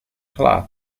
cloth